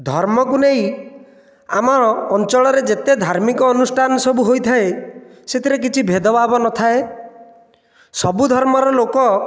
ଧର୍ମକୁ ନେଇ ଆମର ଅଞ୍ଚଳରେ ଯେତେ ଧାର୍ମିକ ଅନୁଷ୍ଠାନ ସବୁ ହୋଇଥାଏ ସେଥିରେ କିଛି ଭେଦଭାବ ନଥାଏ ସବୁ ଧର୍ମର ଲୋକ